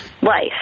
life